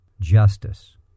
justice